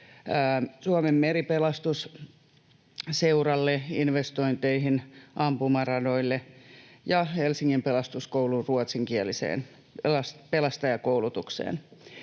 Suomen Meripelastusseuralle investointeihin, ampumaradoille ja Helsingin Pelastuskoulun ruotsinkieliseen pelastajakoulutukseen.